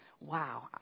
Wow